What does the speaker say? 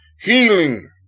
healing